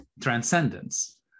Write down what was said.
transcendence